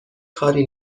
کاری